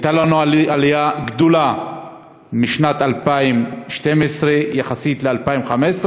הייתה לנו עלייה גדולה משנת 2012, יחסית ל-2015,